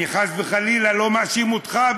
אני חס וחלילה לא מאשים אותך,